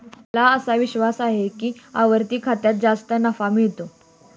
माझा असा विश्वास आहे की आवर्ती खात्यात जास्त नफा मिळतो